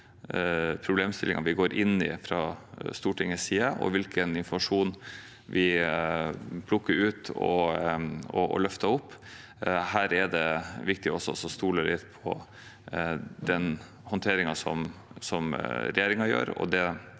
problemstillinger vi går inn i fra Stortingets side, og hvilken informasjon vi plukker ut og løfter opp. Her er det viktig å stole litt på den håndteringen som regjeringen gjør, og det